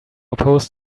oppose